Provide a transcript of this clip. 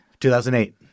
2008